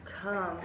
come